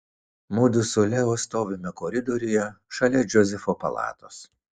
mudu su leo stovime koridoriuje šalia džozefo palatos